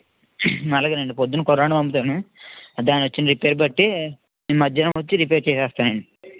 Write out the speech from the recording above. అలాగేనండి పొద్దున్న కుర్రాడ్ని పంపుతాను అంటే ఆడ వచ్చిన రిపేర్ని బట్టి నేను మధ్యాహ్నం వచ్చి రిపేర్ చేసేస్తానండి